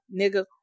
nigga